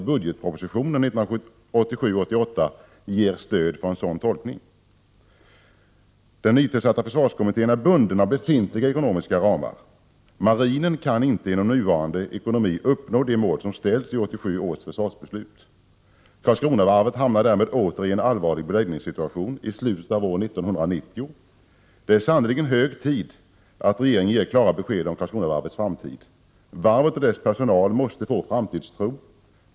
1988 88 ger stöd för en sådan tolkning. 13 oktober 1988 Den nytillsatta försvarskommittén är bunden av befintliga ekonomiska ramar. Marinen kan inte inom nuvarande ramar uppnå de mål som ställts i 1987 års försvarsbeslut. Karlskronavarvet hamnar därmed åter i en allvarlig beläggningssituation i slutet av år 1990. Det är sannerligen hög tid att regeringen ger klara besked om Karlskronavarvets framtid. Varvet och dess personal måste få framtidstro.